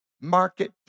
market